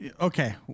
Okay